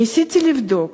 ניסיתי לבדוק